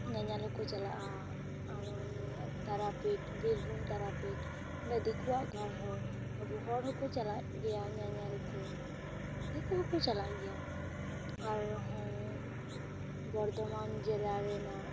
ᱧᱮᱧᱮᱞ ᱦᱚᱠᱚ ᱪᱟᱞᱟᱼᱟ ᱟᱨᱚ ᱛᱟᱨᱟᱯᱤᱴ ᱵᱤᱨᱵᱷᱩᱢ ᱛᱟᱨᱟᱯᱤᱴ ᱚᱸᱰᱮ ᱫᱤᱠᱩᱣᱟᱜ ᱠᱟᱱ ᱨᱮᱦᱚ ᱟᱵᱚ ᱦᱚᱲ ᱦᱚᱸᱠᱚ ᱪᱟᱞᱟ ᱜᱮᱭᱟ ᱧᱮᱧᱮᱞ ᱠᱚ ᱫᱤᱠᱩ ᱦᱚᱸᱠᱚ ᱪᱟᱞᱟ ᱜᱮᱭᱟ ᱟᱨᱦᱚᱸ ᱵᱚᱨᱫᱚᱢᱟᱱ ᱡᱮᱞᱟ ᱨᱮᱱᱟᱜ